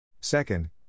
Second